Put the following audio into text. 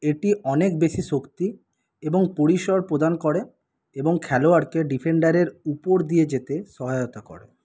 এটি অনেক বেশি শক্তি এবং পরিসর প্রদান করে এবং খেলোয়াড়কে ডিফেন্ডারের উপর দিয়ে যেতে সহায়তা করে